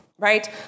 right